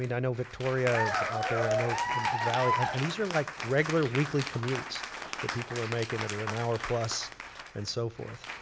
mean, i know victoria's out there. i know the valley. and and these are like regular weekly commutes that people are making that are an hour plus and so forth.